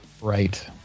Right